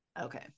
Okay